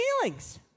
feelings